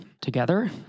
together